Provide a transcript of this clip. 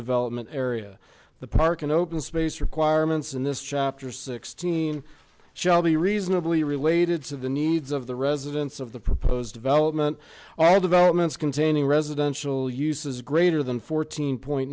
development area the park and open space requirements in this chapter sixteen shall be reasonably related to the needs of the residents of the proposed development all developments containing residential uses greater than fourteen point